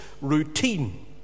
routine